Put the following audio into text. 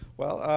well,